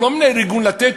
הוא לא מנהל ארגון "לתת",